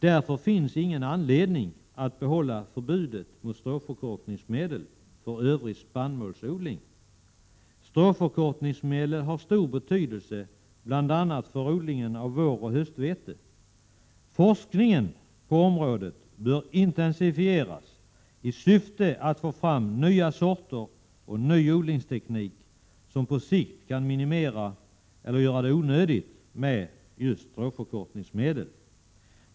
Därför finns det inte någon anledning att behålla förbudet mot stråförkortningsmedel för övrig spannmålsodling. Stråförkortningsmedel har stor betydelse bl.a. för odlingen av våroch höstvete. Forskningen på området bör intensifieras i syfte att få fram nya sorter och ny odlingsteknik som på sikt kan minimera eller onödiggöra behovet av stråförkortningsmedel.